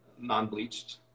non-bleached